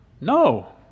no